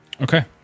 Okay